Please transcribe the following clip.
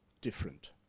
different